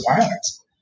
violence